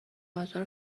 آزار